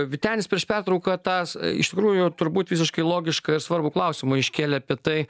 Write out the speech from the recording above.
vytenis prieš pertrauką tą s iš tikrųjų turbūt visiškai logišką ir svarbų klausimą iškėlė apie tai